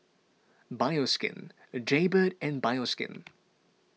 Bioskin Jaybird and Bioskin